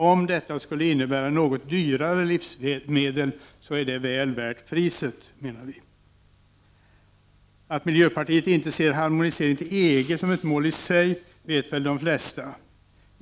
Om detta skulle innebära något dyrare livsmedel, så är det väl värt priset, menar vi. Att miljöpartiet inte ser harmoniseringen med EG som ett mål i sig vet väl de flesta.